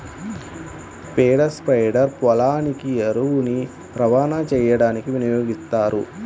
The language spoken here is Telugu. పేడ స్ప్రెడర్ పొలానికి ఎరువుని రవాణా చేయడానికి వినియోగిస్తారు